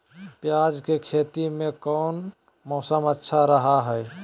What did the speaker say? प्याज के खेती में कौन मौसम अच्छा रहा हय?